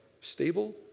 stable